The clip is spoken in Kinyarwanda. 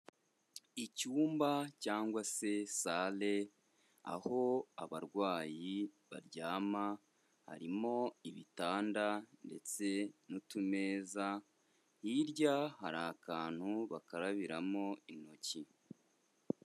Icyumba cyangwa se sare aho abarwayi baryama harimo ibitanda ndetse n'utumeza, hirya hari akantu bakarabiramo intoki.